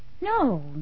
No